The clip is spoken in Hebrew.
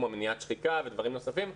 כמו מניעת שחיקה ודברים נוספים.